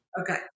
Okay